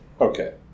Okay